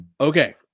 Okay